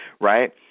right